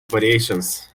variations